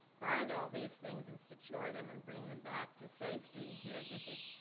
find all these things and secure them and bring them back to safety. here, this is,